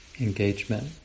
engagement